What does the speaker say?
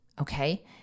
okay